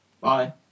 Bye